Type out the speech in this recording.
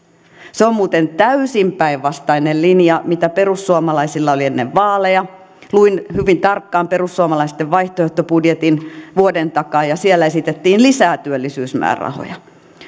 se on muuten täysin päinvastainen linja kuin mikä perussuomalaisilla oli ennen vaaleja luin hyvin tarkkaan perussuomalaisten vaihtoehtobudjetin vuoden takaa ja siellä esitettiin lisää työllisyysmäärärahoja